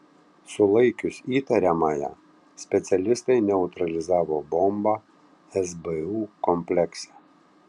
sulaikius įtariamąją specialistai neutralizavo bombą sbu komplekse